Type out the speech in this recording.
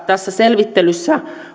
tässä selvittelyssä